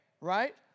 right